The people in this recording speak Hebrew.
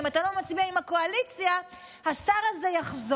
אם אתה לא מצביע עם הקואליציה השר הזה יחזור.